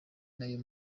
nayo